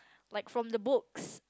like from the books